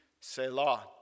Selah